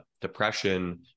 depression